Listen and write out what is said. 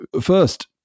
First